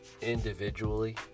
individually